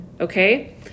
okay